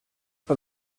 for